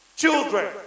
Children